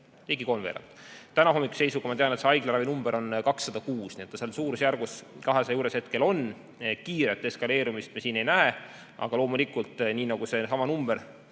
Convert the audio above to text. Ligi kolmveerand! Tänahommikuse seisuga, ma tean, on see haiglaravi number 206, nii et ta seal suurusjärgus 200 hetkel on. Kiiret eskaleerumist me ei näe ja loomulikult, nii nagu seesama number